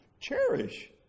Cherish